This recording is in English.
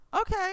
Okay